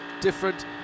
different